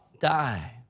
Die